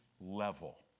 level